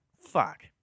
Fuck